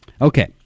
okay